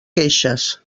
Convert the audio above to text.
queixes